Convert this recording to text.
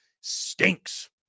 stinks